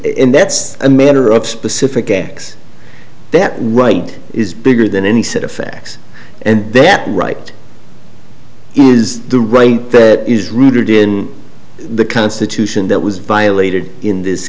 and that's a matter of specific acts that right is bigger than any set of facts and that right is the right is rooted in the constitution that was violated in this